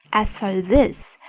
as for this,